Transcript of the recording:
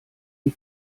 die